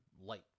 light